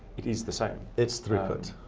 it is the same. it's throughput.